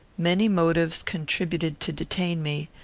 many motives contributed to detain me,